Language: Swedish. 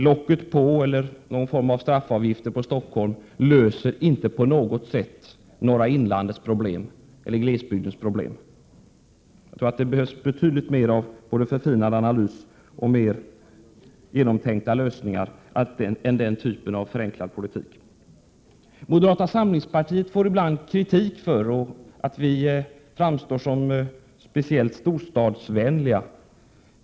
Locket på eller någon form av straffavgifter på Stockholm löser inte på något sätt norra inlandets problem eller glesbygdens problem. Jag tror att det behövs en Prot. 1987/88:127 betydligt mer förfinad analys och mer genomtänkta lösningar än den typen av förenklad politik. Vi i moderata samlingspartiet får ibland kritik för att vi framstår som speciellt storstadsvänliga.